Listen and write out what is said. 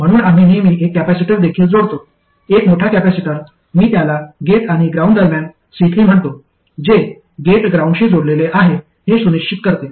म्हणून आम्ही नेहमी एक कॅपेसिटर देखील जोडतो एक मोठा कॅपेसिटर मी त्याला गेट आणि ग्राउंड दरम्यान C3 म्हणतो जे गेट ग्राउंडशी जोडलेले आहे हे सुनिश्चित करते